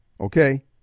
okay